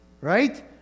Right